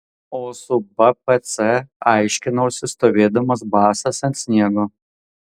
o su bpc aiškinausi stovėdamas basas ant sniego